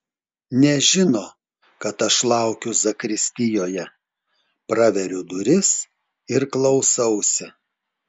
nežino kad aš laukiu zakristijoje praveriu duris ir klausausi